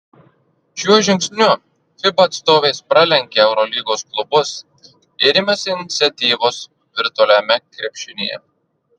šiuo žingsniu fiba atstovės pralenkia eurolygos klubus ir imasi iniciatyvos virtualiame krepšinyje